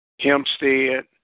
Hempstead